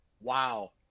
Wow